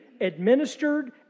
administered